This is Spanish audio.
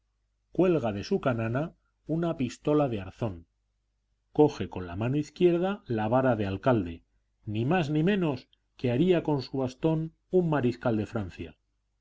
cuelga de su canana una pistola de arzón coge con la mano izquierda la vara de alcalde ni más ni menos que haría con su bastón un mariscal de francia